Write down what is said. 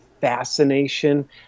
fascination